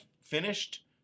finished